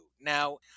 Now